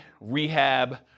rehab